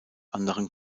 anderen